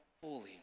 fully